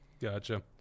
Gotcha